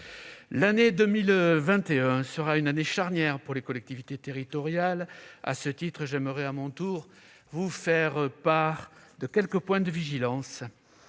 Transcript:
L'année 2021 sera une année charnière pour les collectivités territoriales. À cet égard, j'aimerais à mon tour attirer votre attention sur quelques points de vigilance.